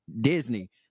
Disney